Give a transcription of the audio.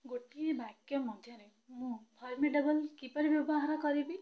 ଗୋଟିଏ ବାକ୍ୟ ମଧ୍ୟରେ ମୁଁ ଫର୍ମିଡ଼ବଲ୍ କିପରି ବ୍ୟବହାର କରିବି